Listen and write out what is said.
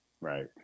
Right